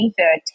2013